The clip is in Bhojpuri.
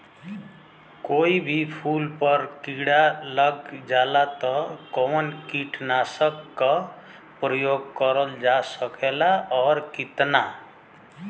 कोई भी फूल पर कीड़ा लग जाला त कवन कीटनाशक क प्रयोग करल जा सकेला और कितना?